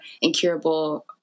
incurable